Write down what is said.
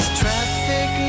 traffic